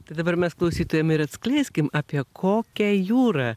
tai dabar mes klausytojam ir atskleiskim apie kokią jūrą